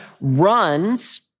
runs